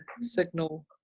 signal